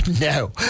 no